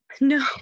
No